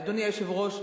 אדוני היושב-ראש,